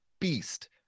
beast